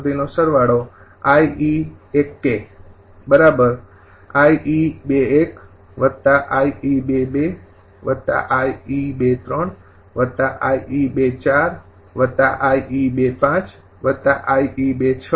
તેથી 𝑖𝑒૨૧𝑖𝑒૨૨𝑖𝑒૨૩𝑖𝑒૨૪𝑖𝑒૨૫𝑖𝑒૨૬